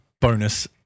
bonus